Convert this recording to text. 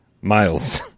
miles